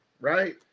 right